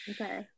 Okay